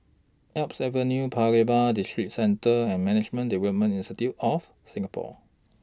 Alps Avenue Paya Lebar Districentre and Management Development Institute of Singapore